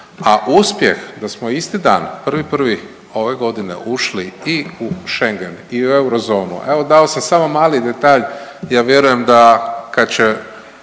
a uspjeh da smo isti dan 1.1. ove godine ušli i u Schengen i u eurozonu, evo dao sam samo mali detalj ja vjerujem da kad će